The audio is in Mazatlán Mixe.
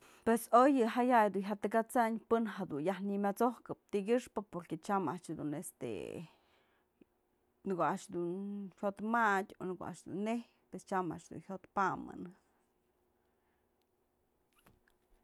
Pues oy yë jaya'ay jya takat'sanyë pën jedun yaj nëmyat'sokëp tykyëxpë porque tyam a'ax dun este, në ko'o a'ax dun jyotmadyë o në ko'o a'ax dun neyj pues tyam dun jyot pa'amënë.